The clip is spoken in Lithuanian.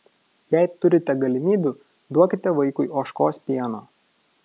jei turite galimybių duokite vaikui ožkos pieno